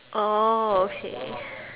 oh okay